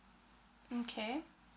mm okay